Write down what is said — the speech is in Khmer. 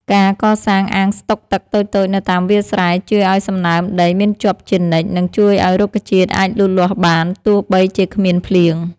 ការកសាងអាងស្តុកទឹកតូចៗនៅតាមវាលស្រែជួយឱ្យសំណើមដីមានជាប់ជានិច្ច និងជួយឱ្យរុក្ខជាតិអាចលូតលាស់បានទោះបីជាគ្មានភ្លៀង។